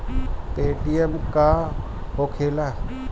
Paytm का होखेला?